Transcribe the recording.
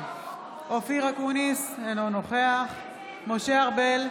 בהצבעה אופיר אקוניס, אינו נוכח משה ארבל,